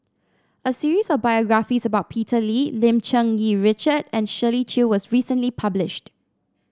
a series of biographies about Peter Lee Lim Cherng Yih Richard and Shirley Chew was recently published